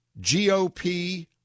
GOP